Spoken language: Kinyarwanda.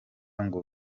ngo